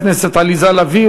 חברת הכנסת עליזה לביא,